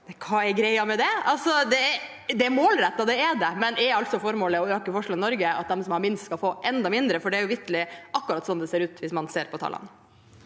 Hva er greia med det? Det er målrettet, det er det, men er altså formålet å øke forskjellene i Norge, at de som har minst, skal få enda mindre? For det er vitterlig akkurat sånn det ser ut, hvis man ser på tallene.